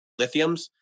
lithiums